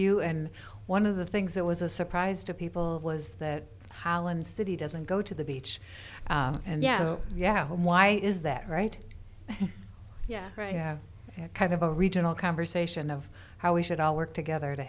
you and one of the things that was a surprise to people was that holland city doesn't go to the beach and yeah yeah why is that right yeah yeah kind of a regional conversation of how we should all work together to